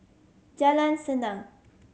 Jalan Senang